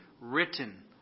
written